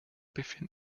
befinden